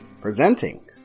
Presenting